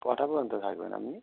কটা পর্যন্ত থাকবেন আপনি